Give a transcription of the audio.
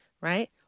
right